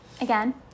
again